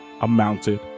amounted